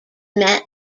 met